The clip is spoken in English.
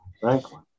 Franklin